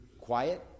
Quiet